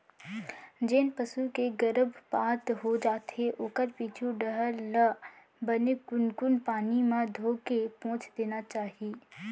जेन पसू के गरभपात हो जाथे ओखर पीछू डहर ल बने कुनकुन पानी म धोके पोंछ देना चाही